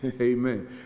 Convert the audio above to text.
amen